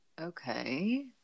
okay